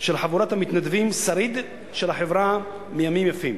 של חבורת המתנדבים, שריד של החברה מימים יפים.